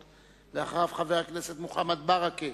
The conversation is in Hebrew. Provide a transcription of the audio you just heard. אחריו, חבר הכנסת מוחמד ברכה,